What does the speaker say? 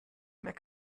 mehr